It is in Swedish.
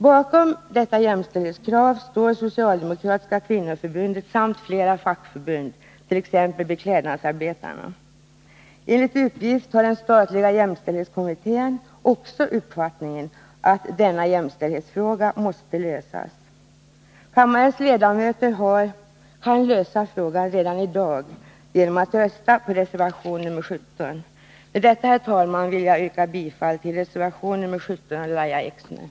Bakom detta jämställdhetskrav står socialdemokratiska kvinnoförbundet samt flera fackförbund, t.ex. Beklädnadsarbetarnas förbund. Enligt uppgift har den statliga jämställdhetskommittén också uppfattningen att denna jämställdhetsfråga måste lösas. Kammarens ledamöter kan bidra härtill redan i dag genom att rösta för reservation 17. Med det anförda, herr talman, vill jag yrka bifall till reservation nr 17 av Lahja Exner.